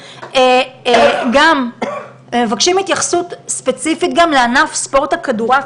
גם מבקשים התייחסות ספציפית לענף ספורט הכדורעף,